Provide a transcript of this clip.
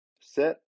set